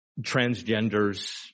transgenders